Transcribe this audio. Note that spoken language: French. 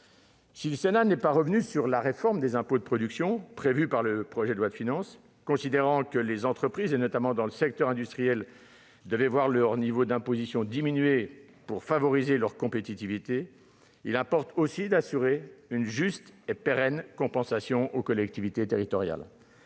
Si le Sénat n'est pas revenu sur la réforme des impôts de production prévue par le projet de loi de finances, considérant que les entreprises, en particulier dans le secteur industriel, devaient voir leur niveau d'imposition se réduire pour que soit favorisée leur compétitivité, il importe aussi d'assurer une juste et pérenne compensation aux collectivités territoriales.